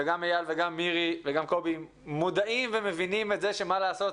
וגם איל וגם מירי וגם קובי מודעים ומבינים את זה שמה לעשות,